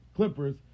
Clippers